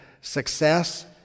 success